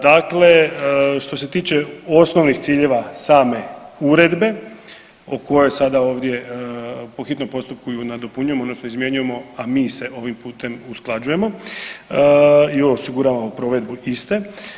Dakle, što se tiče osnovnih ciljeva same uredbe o kojoj sada ovdje po hitnom postupku ju i nadopunjujemo odnosno izmjenjujemo, a mi se ovim putem usklađujemo i osiguravamo provedbu iste.